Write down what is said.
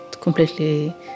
completely